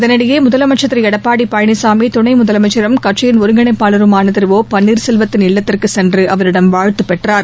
இதனிடையே முதலமைச்சர் திரு எடப்பாடி பழனிசாமி துணை முதலமைச்சரும் கட்சியின் ஒருங்கிணைப்பாளருமான திரு ஓ பன்னீர் செல்வத்தின் இல்லத்திற்கு சென்று அவரிடம் வாழ்த்து பெற்றார்